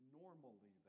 normally